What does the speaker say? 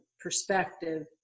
perspective